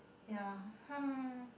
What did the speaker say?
ya